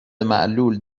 معلول